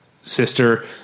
sister